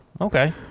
okay